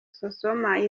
sosoma